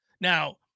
Now